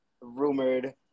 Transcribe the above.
rumored